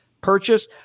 purchase